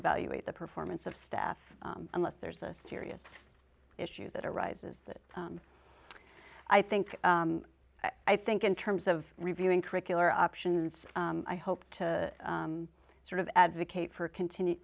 evaluate the performance of staff unless there's a serious issue that arises that i think i think in terms of reviewing curricular options i hope to sort of advocate for continue